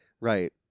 right